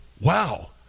wow